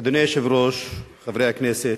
אדוני היושב-ראש, חברי הכנסת,